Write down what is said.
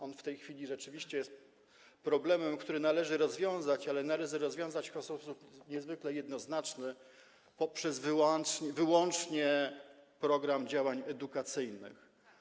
On w tej chwili rzeczywiście jest problemem, który należy rozwiązać, ale należy go rozwiązać w sposób niezwykle jednoznaczny, wyłącznie poprzez program działań edukacyjnych.